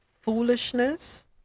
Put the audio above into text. foolishness